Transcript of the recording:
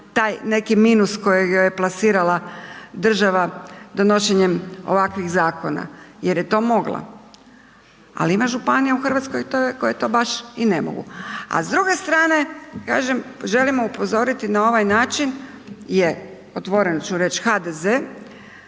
taj neki minus kojega je plasirala država donošenjem ovakvih zakona jer je to mogla, ali ima županija u Hrvatskoj koje to baš i ne mogu, a s druge strane, kažem, želimo upozoriti na ovaj način je otvoren ću reć, HDZ,